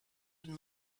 and